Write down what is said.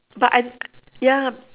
but I ya